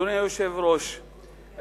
אדוני היושב-ראש,